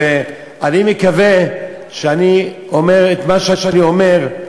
ואני מקווה שאני אומר את מה שאני אומר,